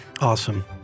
Awesome